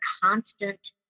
constant